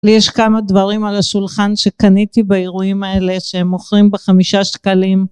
לי יש כמה דברים על השולחן שקניתי באירועים האלה שמוכרים בחמישה שקלים